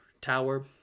tower